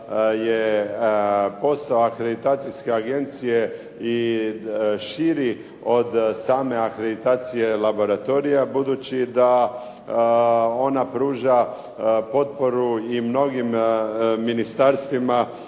je posao akreditacijske agencije i širi od same akreditacije laboratorija, budući da ona pruža potporu i mnogim ministarstvima